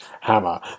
hammer